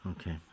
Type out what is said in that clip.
Okay